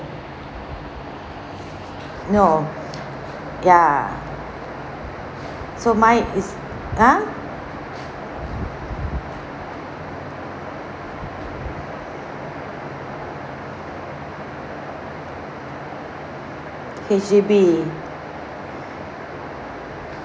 no ya so mine is !huh! H_D_B